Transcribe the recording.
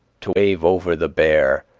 to wave over the bear,